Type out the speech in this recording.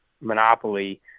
monopoly